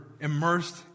immersed